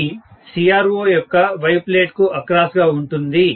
ఇది CRO యొక్క Y plate కు అక్రాస్ గా ఉంటుంది